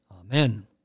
Amen